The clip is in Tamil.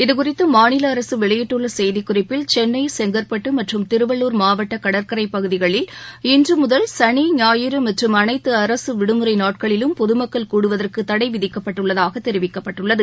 இதுகுறித்துமாநிலஅரசுவெளியிட்டுள்ளசெய்திக்குறிப்பில் சென்ளை செங்கற்பட்டுமற்றும் திருவள்ளூர் மாவட்டகடற்கரைப் பகுதிகளில் இன்றுமுதல் சனி சஞாயிறுமற்றும் அனைத்துஅரசுவிடுமுறைநாட்களிலும் பொதுமக்கள் கூடுவதற்குதடைவிதிக்கப்பட்டுள்ளதாகத் தெரிவிக்கப்பட்டுள்ளது